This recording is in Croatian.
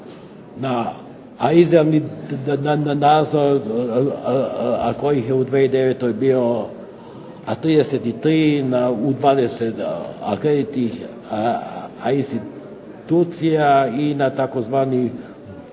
izravni nadzor a koji je u 2009. bio 33, u 20 kreditnih institucija i na tzv.